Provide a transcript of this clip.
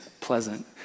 pleasant